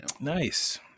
Nice